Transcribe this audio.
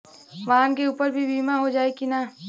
वाहन के ऊपर भी बीमा हो जाई की ना?